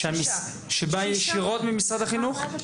שבאה ישירות ממשרד החינוך?